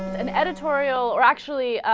an editorial or actually ah.